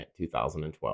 2012